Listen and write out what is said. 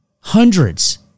Hundreds